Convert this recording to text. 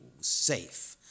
safe